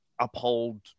uphold